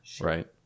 right